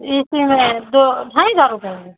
इसी में दो ढाई हजार रूपये में